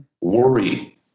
worry